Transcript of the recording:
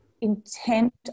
intent